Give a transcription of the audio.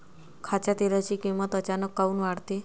खाच्या तेलाची किमत अचानक काऊन वाढते?